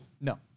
No